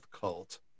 cult